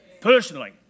personally